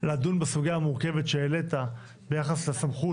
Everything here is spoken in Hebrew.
לדון בסוגיה המורכבת שהעלית ביחס לסמכות